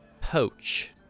poach